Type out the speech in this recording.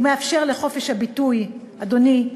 הוא מאפשר לחופש הביטוי, אדוני,